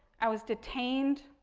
i was detained,